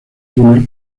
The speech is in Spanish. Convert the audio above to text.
túnel